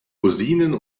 rosinen